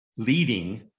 leading